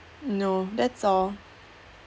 no that's all